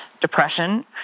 depression